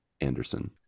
Anderson